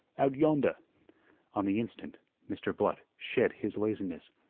out yonder on the instant mr. blood shed his laziness.